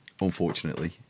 unfortunately